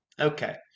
Okay